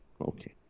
Okay